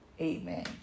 amen